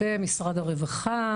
במשרד הרווחה.